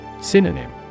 Synonym